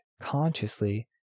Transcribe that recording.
consciously